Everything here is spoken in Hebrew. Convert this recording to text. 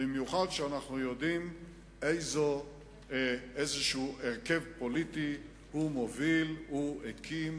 במיוחד כשאנחנו יודעים איזה הרכב פוליטי הוא הקים